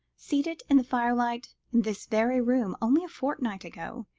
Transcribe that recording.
seated in the firelight in this very room, only a fortnight ago,